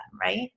right